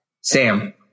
Sam